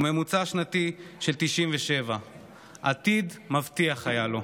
בממוצע שנתי של 97. עתיד מבטיח היה לו.